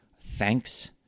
thanks